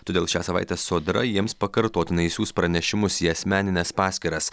todėl šią savaitę sodra jiems pakartotinai siųs pranešimus į asmenines paskyras